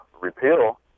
repeal